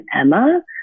Emma